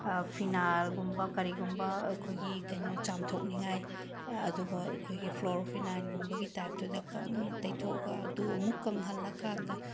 ꯐꯤꯅꯥꯏꯜꯒꯨꯝꯕ ꯀꯔꯤꯒꯨꯝꯕ ꯑꯩꯈꯣꯏꯒꯤ ꯀꯩꯅꯣ ꯆꯥꯝꯊꯣꯛꯅꯤꯡꯉꯥꯏ ꯑꯗꯨꯒ ꯑꯩꯈꯣꯏꯒꯤ ꯐ꯭ꯂꯣꯔ ꯐꯤꯅꯥꯏꯜꯒꯨꯝꯕꯒꯤ ꯇꯥꯏꯞꯇꯨꯗ ꯀꯪꯅ ꯇꯩꯊꯣꯛꯑꯒ ꯑꯗꯨ ꯑꯃꯨꯛ ꯀꯪꯍꯜꯂꯀꯥꯟꯗ